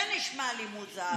זה נשמע לי מוזר.